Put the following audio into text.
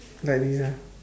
like this ah